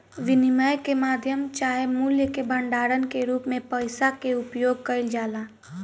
विनिमय के माध्यम चाहे मूल्य के भंडारण के रूप में पइसा के उपयोग कईल जाला